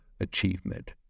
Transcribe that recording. achievement